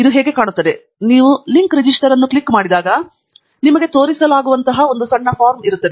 ಇದು ಹೇಗೆ ಕಾಣುತ್ತದೆ ನೀವು ಲಿಂಕ್ ರಿಜಿಸ್ಟರ್ ಅನ್ನು ಕ್ಲಿಕ್ ಮಾಡಿದಾಗ ನಿಮಗೆ ತೋರಿಸಲಾಗುವಂತಹ ಸಣ್ಣ ಫಾರ್ಮ್ ಇರುತ್ತದೆ